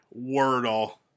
wordle